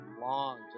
long